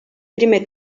primer